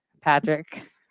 Patrick